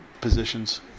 positions